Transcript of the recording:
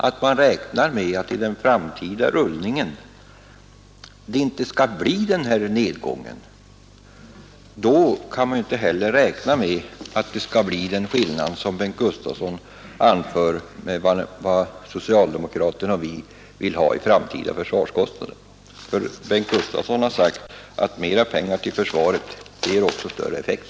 Om man påstår att de framtida anslagsförslagen inte skulle leda till den nedgång ÖB anger, kan man ju inte heller räkna med att det skall bli en sådan skillnad som Bengt Gustavsson anför mellan vad socialdemokraterna och vi i moderata samlingspartiet vill ha i framtida försvarskostnader. Bengt Gustavsson har ju sagt att mer pengar till försvaret också ger större effekt.